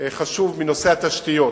חשוב מנושא התשתיות.